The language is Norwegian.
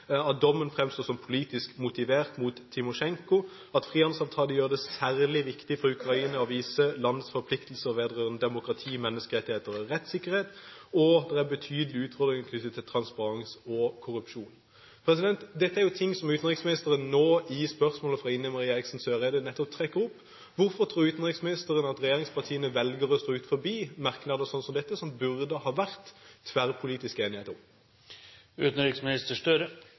at dommen mot Timosjenko «fremstår som politisk motivert», at frihandelsavtalen «gjør det særlig viktig for Ukraina å vise at landets forpliktelser vedrørende demokrati, menneskerettigheter og rettssikkerhet tas på største alvor», og at «det er betydelige utfordringer knyttet til transparens og korrupsjon». Dette er jo ting som utenriksministeren nå i forbindelse med spørsmålet fra Ine M. Eriksen Søreide nettopp trekker opp. Hvorfor tror utenriksministeren at regjeringspartiene velger å stå utenom merknader sånn som dette, som det burde ha vært tverrpolitisk enighet om?